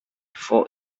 for